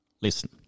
Listen